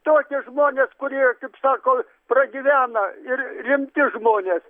tokie žmonės kurie kaip sako pragyvena ir rimti žmonės